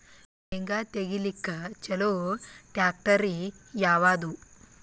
ಶೇಂಗಾ ತೆಗಿಲಿಕ್ಕ ಚಲೋ ಟ್ಯಾಕ್ಟರಿ ಯಾವಾದು?